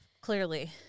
Clearly